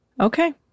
Okay